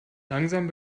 langsam